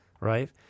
right